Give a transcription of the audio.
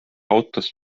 autos